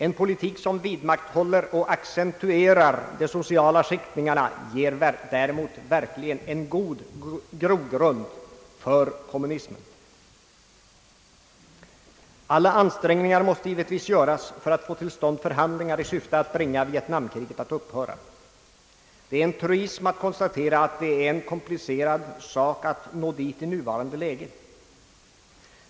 En politik som vidmakthåller och accentuerar de sociala skiktningarna ger däremot verkligen en god grogrund för kommunismen. Alla ansträngningar måste givetvis göras för att få till stånd förhandlingar i syfte att bringa vietnamkriget att upphöra. Det är en truism att konstatera, att det är en komplicerad sak att nå dit i nuvarande läge.